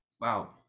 Wow